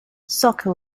soccer